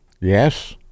Yes